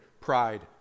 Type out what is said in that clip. pride